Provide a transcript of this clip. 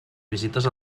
visites